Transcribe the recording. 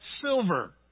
silver